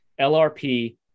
lrp